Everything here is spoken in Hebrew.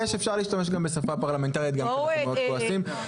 יש ואפשר להשתמש בשפה פרלמנטרית גם כשאנחנו מאוד כועסים.